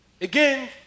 Again